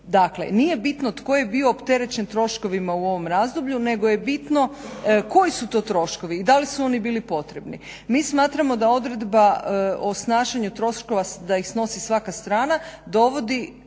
Dakle nije bitno tko je bio opterećen troškovima u ovom razdoblju nego je bitno koji su to troškovi i da li su oni bili potrebni. Mi smatramo da odredba o snaženju troškova da ih snosi svaka strana dovodi